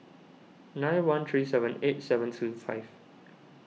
nine one three seven eight seven two five